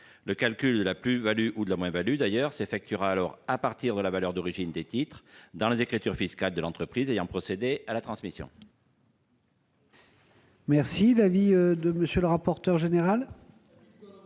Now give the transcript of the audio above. Le calcul de cette plus-value, ou moins-value, s'effectuera alors à partir de la valeur d'origine des titres dans les écritures fiscales de l'entreprise ayant procédé à la transmission.